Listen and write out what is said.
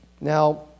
Now